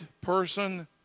person